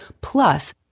plus